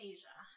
Asia